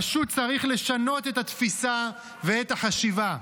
פשוט צריך לשנות את התפיסה ואת החשיבה.